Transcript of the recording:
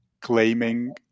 claiming